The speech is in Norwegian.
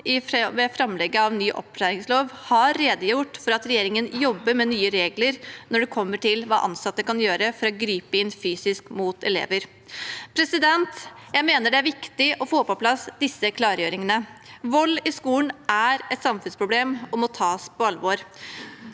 ved framleggingen av ny opplæringslov, redegjort for at regjeringen jobber med nye regler for hva ansatte kan gjøre for å gripe inn fysisk mot elever. Jeg mener det er viktig å få på plass disse klargjøringene. Vold i skolen er et samfunnsproblem og må tas på alvor.